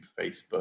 Facebook